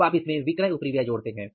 तब आप इसमें विक्रय उपरिव्यय जोड़ते हैं